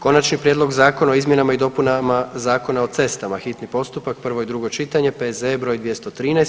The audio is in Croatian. Konačni prijedlog zakona o izmjenama i dopunama Zakona o cestama, hitni postupak, prvo i drugo čitanje, P.Z.E. br. 213.